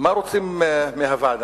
מה רוצים מהוועדה?